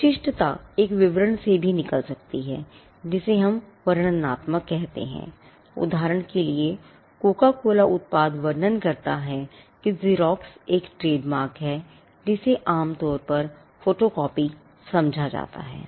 विशिष्टता एक विवरण से भी निकल सकती है जिसे हम वर्णनात्मक कहते हैं उदाहरण के लिए कोका कोला उत्पाद वर्णन करता है कि ज़िरोक्स समझा जाता है